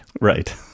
right